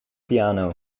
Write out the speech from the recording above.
piano